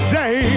day